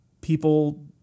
People